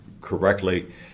correctly